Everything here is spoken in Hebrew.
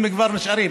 אם כבר נשארים.